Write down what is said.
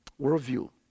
Worldview